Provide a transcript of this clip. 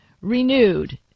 Renewed